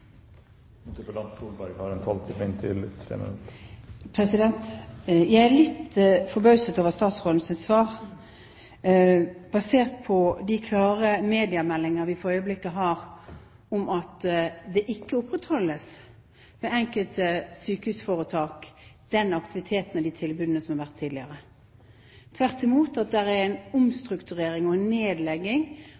litt forbauset over statsrådens svar, basert på de klare mediemeldinger vi for øyeblikket har om at den aktiviteten og de tilbudene som har vært tidligere, ikke opprettholdes ved enkelte sykehusforetak. Tvert imot er det en omstrukturering og en nedlegging av tilbud, bl.a. knyttet til bassengterapi, som jeg altså nevnte konkrete eksempler på, systematisk mange steder. Dette er en